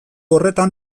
horretan